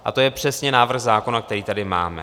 A to je přesně návrh zákona, který tady máme.